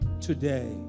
today